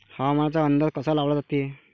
हवामानाचा अंदाज कसा लावला जाते?